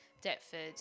Deptford